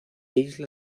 isla